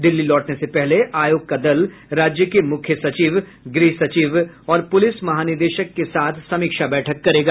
दिल्ली लौटने से पहले आयोग का दल राज्य के मुख्य सचिव गृह सचिव और पुलिस महानिदेशक के साथ समीक्षा बैठक करेगा